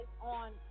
on